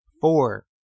Four